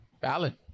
Valid